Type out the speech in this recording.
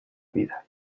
vida